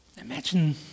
Imagine